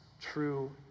true